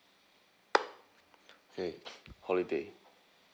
okay holiday